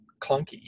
clunky